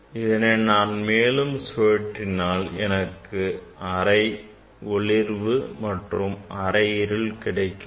இதனை நான் மேலும் தொடர்ந்து சுழற்றினால் எனக்கு அரை ஒளிர்வு மற்றும் அரை இருள் கிடைக்கிறது